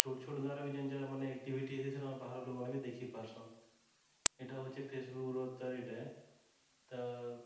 ଛୋଟ୍ ଛୋଟ୍ ଗାଁ'ରେ ବି ଯେନ୍ ମାନେ ଆକ୍ଟିଭିଟି ହେଲା ବାହାର୍ର୍ ଲୋକ୍ମାନେ ବି ଦେଖି ପାର୍ସନ୍ ଇଟା ହେଉଛେ ଫେସବୁକ୍ରେ ତା'ର୍ ଇଟା ଆଏ